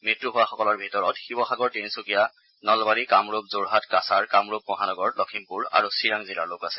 মৃত্যু হোৱাসকলৰ ভিতৰত শিৱসাগৰ তিনিচুকীয়া নলবাৰী কামৰূপ যোৰহাট কাছাৰ কামৰূপ মহানগৰ লক্ষিমপুৰ আৰু চিৰাং জিলাৰ লোক আছে